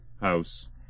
house